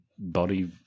Body